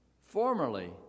Formerly